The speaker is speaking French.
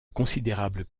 considérable